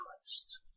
Christ